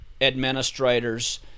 administrators